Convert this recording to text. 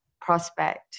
prospect